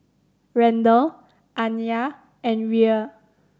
Randel Anaya and Rhea